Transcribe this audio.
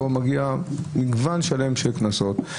פה מגיע מגוון שלם של קנסות.